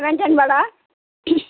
हेमिल्टनबाट